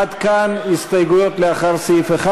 עד כאן הסתייגויות לאחר סעיף 1,